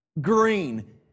green